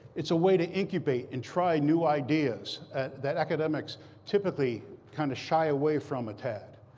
it's a way to incubate and try new ideas that academics typically kind of shy away from a tad.